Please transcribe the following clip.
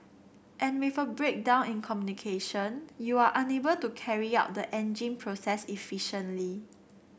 and with a breakdown in communication you are unable to carry out the engine process efficiently